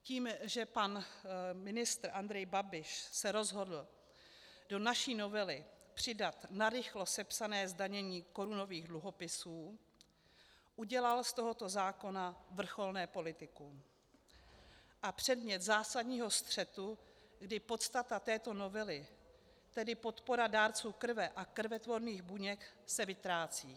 Tím, že pan ministr Andrej Babiš se rozhodl do naší novely přidat narychlo sepsané zdanění korunových dluhopisů, udělal z tohoto zákona vrcholné politikum a předmět zásadního střetu, kdy podstata této novely, tedy podpora dárců krve a krvetvorných buněk, se vytrácí.